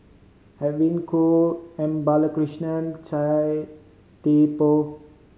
Edwin Koek M Balakrishnan Chia Thye Poh